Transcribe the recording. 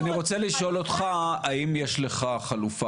אני רוצה לשאול אותך האם יש לך חלופה